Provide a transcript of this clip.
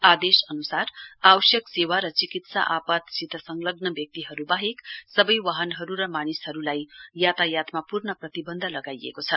आदेश अनुसार आवश्यक सेवा र चिकित्सा आपवतसित संलग्न व्यक्तिहरू वाहेक सबै वाहनहरू र मानिसहरूलाई यातायातमा पूर्ण प्रतिबन्ध लगाइएको छ